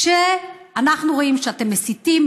כשאנחנו רואים שאתם מסיתים,